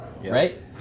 right